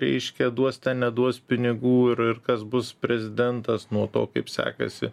reiškia duos ten neduos pinigų ir ir kas bus prezidentas nuo to kaip sekasi